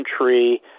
Tree